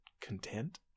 content